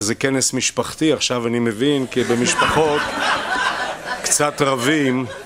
זה כנס משפחתי, עכשיו אני מבין כי במשפחות קצת רבים